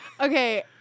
okay